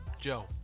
Joe